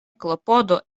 klopodo